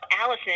Allison